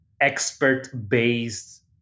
expert-based